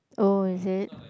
oh is it